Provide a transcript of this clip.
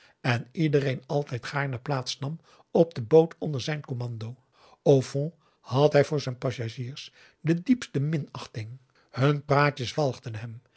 en iedereen altijd gaarne plaats nam op de boot onder zijn commando a u f o n d had hij voor zijn passagiers de diepste minachting hun praatjes walgden hem